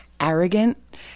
arrogant